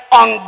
on